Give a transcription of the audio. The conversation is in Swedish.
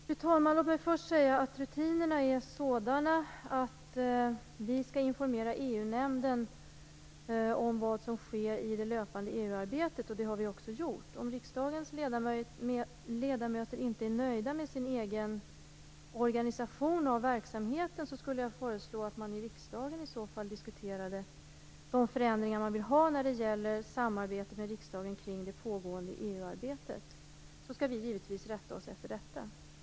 Fru talman! Låt mig först säga att rutinerna är sådana att regeringen skall informera EU-nämnden om vad som sker i det löpande EU-arbetet. Det har regeringen också gjort. Om riksdagens ledamöter inte är nöjda med sin egen organisation av verksamheten, föreslår jag att man i riksdagen diskuterar de förändringar man vill ha när det gäller samarbete med riksdagen kring det pågående EU-arbetet. Regeringen rättar sig då givetvis efter detta.